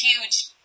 huge